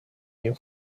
you